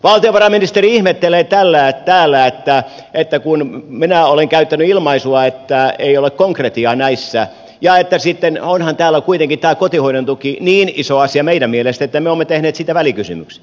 valtiovarainministeri ihmettelee täällä että minä olen käyttänyt ilmaisua että ei ole konkretiaa näissä ja että onhan täällä kuitenkin tämä kotihoidon tuki niin iso asia meidän mielestämme että olemme tehneet siitä välikysymyksen